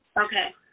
Okay